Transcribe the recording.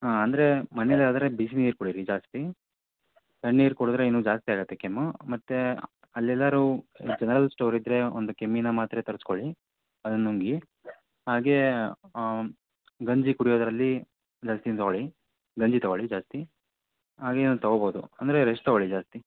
ಹಾಂ ಅಂದರೆ ಮನೆಯಲ್ಲಿ ಆದರೆ ಬಿಸಿನೀರು ಕುಡಿಯಿರಿ ಜಾಸ್ತಿ ತಣ್ಣೀರು ಕುಡಿದ್ರೆ ಇನ್ನೂ ಜಾಸ್ತಿ ಆಗುತ್ತೆ ಕೆಮ್ಮು ಮತ್ತು ಅಲ್ಲೆಲ್ಲಾದ್ರು ಜನರಲ್ ಸ್ಟೋರ್ ಇದ್ದರೆ ಒಂದು ಕೆಮ್ಮಿನ ಮಾತ್ರೆ ತರ್ಸ್ಕೊಳ್ಳಿ ಅದನ್ನ ನುಂಗಿ ಹಾಗೇ ಗಂಜಿ ಕುಡಿಯೋದರಲ್ಲಿ ಜಾಸ್ತಿನೇ ತಗೊಳ್ಳಿ ಗಂಜಿ ತಗೊಳ್ಳಿ ಜಾಸ್ತಿ ಹಾಗೇನೂ ತಗೋಬೋದು ಅಂದರೆ ರೆಸ್ಟ್ ತಗೊಳ್ಳಿ ಜಾಸ್ತಿ